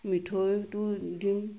মিঠৈটো দিম